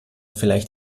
vielleicht